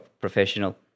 professional